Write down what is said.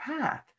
path